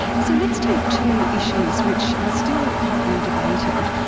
so let's take two issues which are still hotly debated,